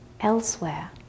elsewhere